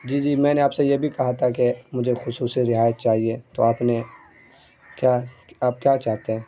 جی جی میں نے آپ سے یہ بھی کہا تھا کہ مجھے خصوصی رعایت چاہیے تو آپ نے کیا آپ کیا چاہتے ہیں